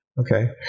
okay